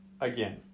again